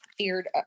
feared